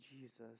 Jesus